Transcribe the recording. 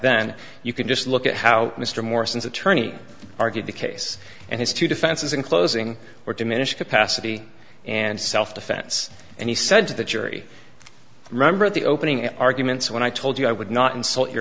then you could just look at how mr morrison's attorney argued the case and his two defenses in closing were diminished capacity and self defense and he said to the jury remember at the opening arguments when i told you i would not insult your